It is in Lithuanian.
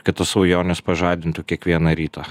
kad tos svajonės pažadintų kiekvieną rytą